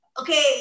okay